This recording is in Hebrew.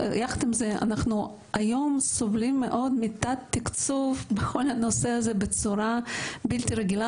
אנחנו היום סובלים מאוד מתת-תקצוב בכל הנושא הזה בצורה בלתי רגילה.